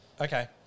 Okay